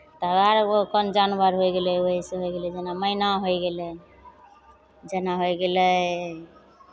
तऽ आर ओ कोन जानवर होइ गेलै ओहिसँ होइ गेलै मैना होइ गेलै जेना होइ गेलै